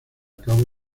cabo